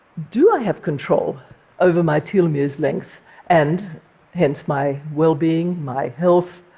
do i have control over my telomeres' length and hence my well-being, my health,